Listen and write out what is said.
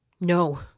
No